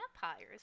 vampires